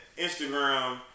Instagram